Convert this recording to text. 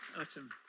Awesome